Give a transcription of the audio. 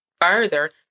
Further